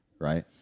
Right